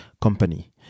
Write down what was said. company